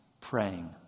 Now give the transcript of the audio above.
praying